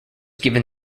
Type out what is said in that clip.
given